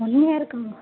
one இயருக்கா